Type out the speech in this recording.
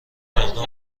اقدام